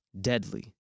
deadly